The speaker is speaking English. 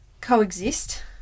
coexist